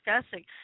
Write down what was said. discussing